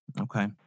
Okay